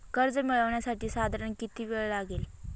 कर्ज मिळविण्यासाठी साधारण किती वेळ लागेल?